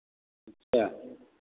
अच्छा